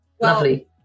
lovely